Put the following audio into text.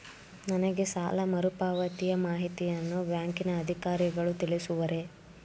ನನಗೆ ಸಾಲ ಮರುಪಾವತಿಯ ಮಾಹಿತಿಯನ್ನು ಬ್ಯಾಂಕಿನ ಅಧಿಕಾರಿಗಳು ತಿಳಿಸುವರೇ?